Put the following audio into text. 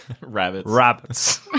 Rabbits